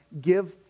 give